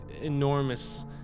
enormous